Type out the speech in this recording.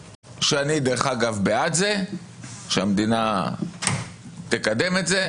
שאני דרך אגב בעד זה שהמדינה תקדם את זה,